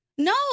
No